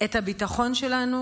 את הביטחון שלנו